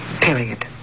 Period